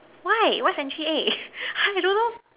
why what century egg I don't know